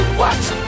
watch